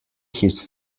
his